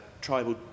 tribal